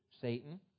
Satan